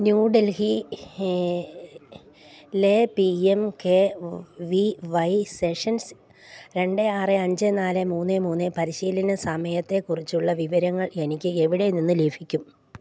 ന്യൂഡൽഹി ലെ P M K V Y sessions രണ്ട് ആറു അഞ്ച് നാല് മൂന്ന് മൂന്ന് പരിശീലന സമയത്തെക്കുറിച്ചുള്ള വിവരങ്ങൾ എനിക്ക് എവിടെ നിന്ന് ലഭിക്കും